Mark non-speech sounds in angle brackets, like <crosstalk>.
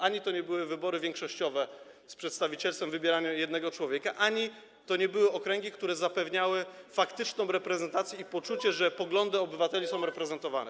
Ani to nie były wybory większościowe z przedstawicielstwem, z wybieraniem jednego człowieka, ani to nie były okręgi, które zapewniały faktyczną reprezentację <noise> i poczucie, że poglądy obywateli są reprezentowane.